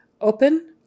Open